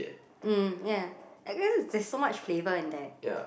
um ya like it's just there is so much flavour in there